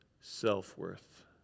self-worth